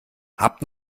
habt